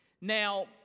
Now